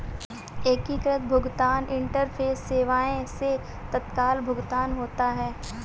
एकीकृत भुगतान इंटरफेस सेवाएं से तत्काल भुगतान होता है